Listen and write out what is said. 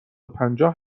پنجاه